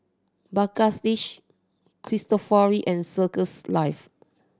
Bagstationz Cristofori and Circles Life